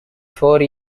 four